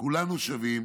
כולנו שווים.